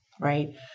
right